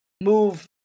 move